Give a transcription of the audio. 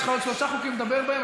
יש לך עוד שלושה חוקים לדבר בהם,